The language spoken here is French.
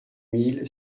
mille